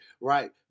right